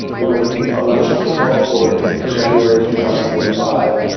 when elections were called for in january two thousand and five,